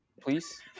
please